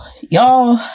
y'all